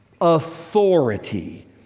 authority